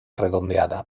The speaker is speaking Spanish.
redondeada